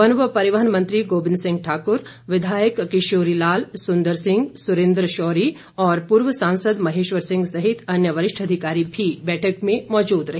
one व परिवहन मंत्री गोविंद सिंह ठाकूर विधायक किशोरी लाल सुंदर सिंह सुरेंद्र शौरी और पूर्व सांसद महेश्वर सिंह सहित अन्य वरिष्ठ अधिकारी भी बैठक में मौजूद रहे